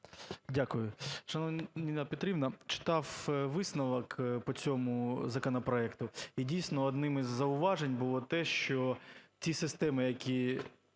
Дякую. Шановна Ніна Петрівна, читав висновок по цьому законопроекту. І, дійсно, одним із зауважень було те, що ті системи, які